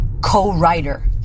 co-writer